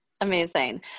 Amazing